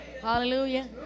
Hallelujah